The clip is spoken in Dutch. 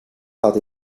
gehad